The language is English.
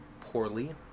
poorly